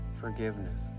forgiveness